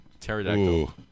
Pterodactyl